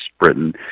Britain